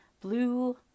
Blue